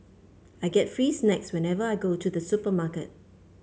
I get free snacks whenever I go to the supermarket